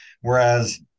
Whereas